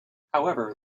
however